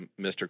Mr